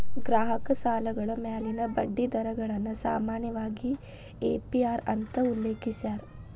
ಗ್ರಾಹಕ ಸಾಲಗಳ ಮ್ಯಾಲಿನ ಬಡ್ಡಿ ದರಗಳನ್ನ ಸಾಮಾನ್ಯವಾಗಿ ಎ.ಪಿ.ಅರ್ ಅಂತ ಉಲ್ಲೇಖಿಸ್ಯಾರ